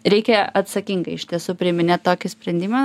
reikia atsakingai iš tiesų priiminėt tokį sprendimą